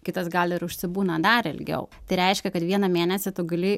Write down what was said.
kitas gal ir užsibūna dar ilgiau tai reiškia kad vieną mėnesį tu gali